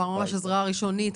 ממש עזרה ראשונית.